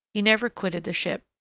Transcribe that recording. he never quitted the ship.